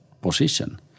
position